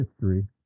history